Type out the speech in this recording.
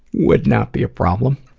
would not be a problem.